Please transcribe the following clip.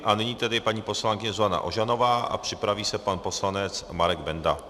A nyní tedy paní poslankyně Zuzana Ožanová a připraví se pan poslanec Marek Benda.